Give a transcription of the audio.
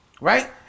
right